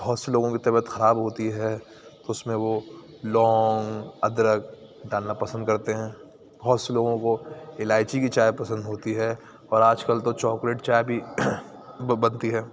بہت سے لوگوں کی طبیعت خراب ہوتی ہے تو اُس میں وہ لونگ ادرک ڈالنا پسند کرتے ہیں بہت سے لوگوں کو الائچی کی چائے پسند ہوتی ہے اور آج کل تو چاکلیٹ چائے بھی بنتی ہے